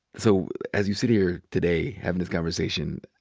so as you sit here today havin' this conversation,